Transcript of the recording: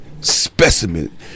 specimen